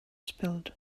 spilled